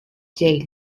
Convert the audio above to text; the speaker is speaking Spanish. yale